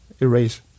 erase